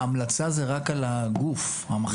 לא, ההמלצה זה רק על הגוף המכשיר.